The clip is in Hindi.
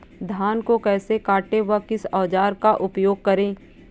धान को कैसे काटे व किस औजार का उपयोग करें?